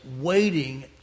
waiting